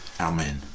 amen